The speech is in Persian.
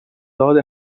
داد